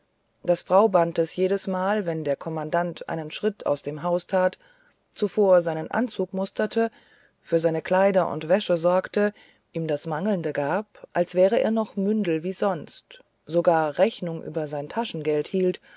daß frau bantes jedesmal wenn der kommandant einen schritt aus dem hause tat zuvor seinen anzug musterte für seine kleider und wäsche sorgte ihm das mangelnde gab als wäre er noch mündel wie sonst sogar rechnung über sein taschengeld hielt